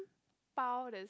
Pau that's